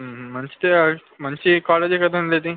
మంచిదే అది మంచి కాలేజే కదండి అది